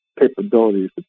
capabilities